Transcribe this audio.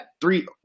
three